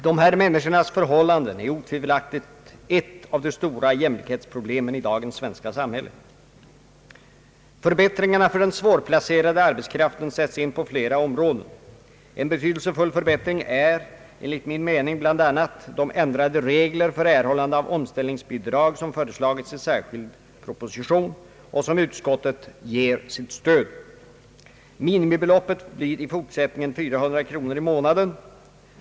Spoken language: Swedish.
Dessa människors förhållanden är otvivelaktigt ett av de stora jämlikhetsproblemen i dagens svenska samhälle. Förbättringar för den svårplacerade arbetskraften sätts in på flera olika områden. En betydelsefull förbättring är enligt min mening bl.a. de ändrade regler för erhållande av omställningsbidrag som föreslagits i en särskild proposition och som utskottet ger sitt stöd. Minimibeloppet blir i fortsättningen 400 kronor i månaden.